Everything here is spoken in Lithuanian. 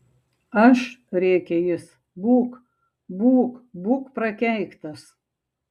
aš rėkė jis būk būk būk prakeiktas